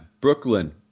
Brooklyn